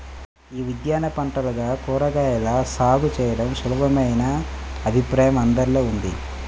యీ ఉద్యాన పంటలుగా కూరగాయల సాగు చేయడం సులభమనే అభిప్రాయం అందరిలో ఉంది